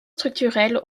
structurels